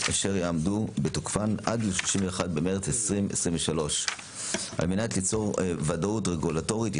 אשר יעמדו בתוקפן עד ל-31 במרץ 2023. על מנת ליצור ודאות רגולטורית,